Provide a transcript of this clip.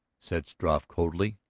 said struve coldly.